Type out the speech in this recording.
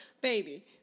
baby